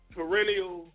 Perennial